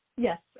yes